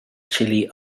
chile